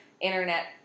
internet